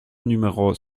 numéro